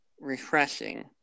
refreshing